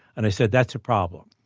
and i said, that's a problem,